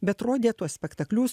bet rodė tuos spektaklius